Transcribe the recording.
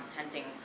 hunting